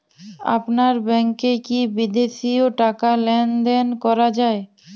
আপনার ব্যাংকে কী বিদেশিও টাকা লেনদেন করা যায়?